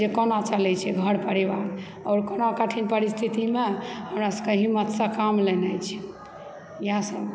जे कोना चलैत छै घर परिवार आओर कोना कठिन परिस्थितिमे हमरा सभकऽ हिम्मतसँ काम लेनाइ छी इएहसभ